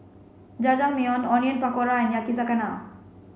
Jajangmyeon Onion Pakora Yakizakana